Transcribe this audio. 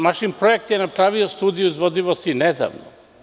Mašinprojekt“ je napravio studiju izvodljivosti nedavno.